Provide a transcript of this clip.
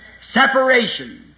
Separation